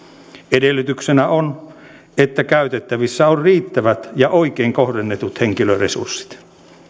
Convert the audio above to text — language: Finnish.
edellytyksenä on että käytettävissä on riittävät ja oikein kohdennetut henkilöresurssit